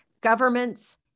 governments